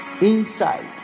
inside